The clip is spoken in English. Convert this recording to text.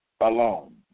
alone